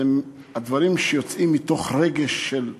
זה דברים שיוצאים מתוך רגש של שנאה.